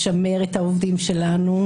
לשמר את העובדים שלנו,